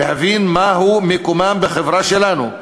שיבינו מה מקומם בחברה שלנו.